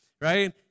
right